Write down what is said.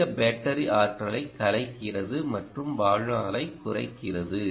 அதிக பேட்டரி ஆற்றலைக் கலைக்கிறது மற்றும் வாழ்நாளைக் குறைக்கிறது